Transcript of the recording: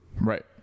Right